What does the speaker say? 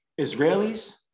Israelis